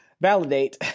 Validate